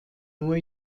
nur